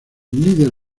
líder